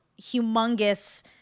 humongous